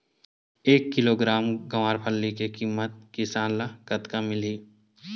एक किलोग्राम गवारफली के किमत किसान ल कतका मिलही?